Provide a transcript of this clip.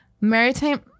maritime